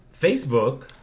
Facebook